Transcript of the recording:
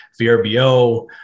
VRBO